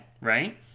right